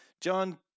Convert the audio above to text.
John